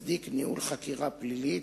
תודה,